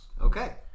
Okay